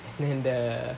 then the